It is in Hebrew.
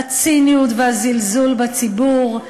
הציניות והזלזול בציבור.